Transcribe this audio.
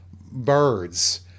birds